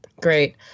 Great